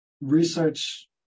research